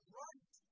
right